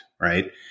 right